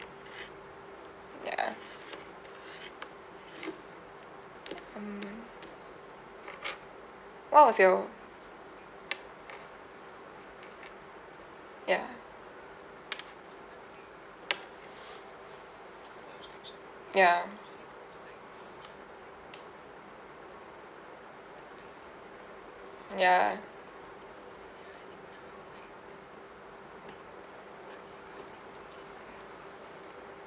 ya mm what was your ya ya mm ya